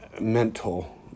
mental